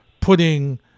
putting